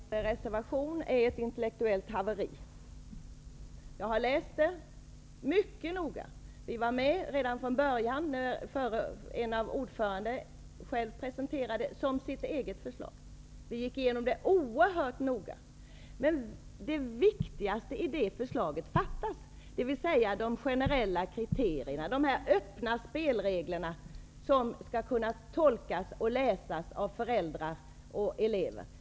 Herr talman! Jag tycker att Stefan Kihlbergs reservation är ett intellektuellt haveri. Jag har läst den mycket noga. Vad som står där presenterades från början av ordföranden som ett eget förslag, och vi gick igenom det oerhört noga. Men det viktigaste saknas i förslaget, dvs. de generella kriterierna, de öppna spelreglerna, som skall kunna läsas och tolkas av föräldrar och elever.